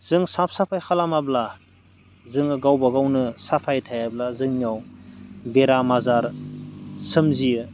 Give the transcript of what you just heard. जों साफ साफाय खालामाब्ला जोङो गावबा गावनो साफाय थायाब्ला जोंनियाव बेराम आजार सोमजियो